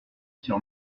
sur